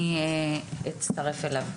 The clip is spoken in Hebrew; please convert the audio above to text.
אני אצטרף אליו.